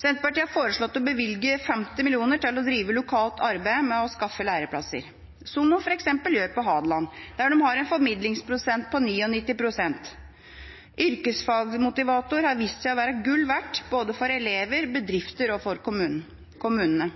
Senterpartiet har foreslått å bevilge 50 mill. kr til å drive lokalt arbeid med å skaffe læreplasser, som de f.eks. gjør på Hadeland, der de har en formidlingsprosent på 99. Yrkesfagmotivatorer har vist seg å være gull verdt for både elever, bedrifter og kommunene.